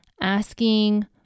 asking